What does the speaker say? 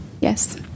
Yes